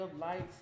lights